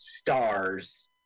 stars